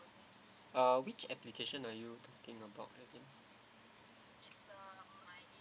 uh which application are you talking about I think